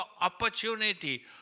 opportunity